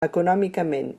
econòmicament